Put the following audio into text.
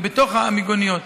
בתוך המיגוניות.